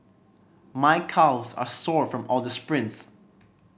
my calves are sore from all the sprints